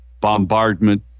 bombardment